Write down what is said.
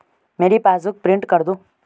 मेरी passbook print कर दो